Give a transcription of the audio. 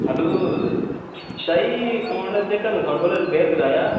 hello Shah ji phone जेह्का में थुआड़े कोला रिपेअर कराया हा